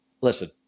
listen